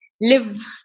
live